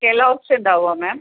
Kellogg's ഉണ്ടാവുമോ മാം